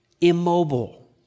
immobile